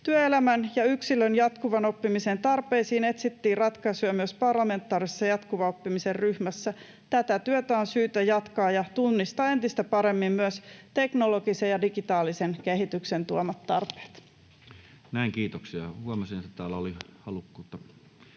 Työelämän ja yksilön jatkuvan oppimisen tarpeisiin etsittiin ratkaisuja myös parlamentaarisessa jatkuvan oppimisen ryhmässä. Tätä työtä on syytä jatkaa ja tunnistaa entistä paremmin myös teknologisen ja digitaalisen kehityksen tuomat tarpeet. [Speech 89] Speaker: Toinen varapuhemies